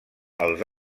els